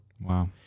Wow